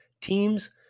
teams